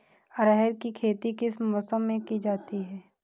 अरहर की खेती किस मौसम में की जाती है?